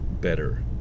better